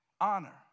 honor